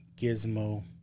gizmo